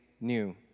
new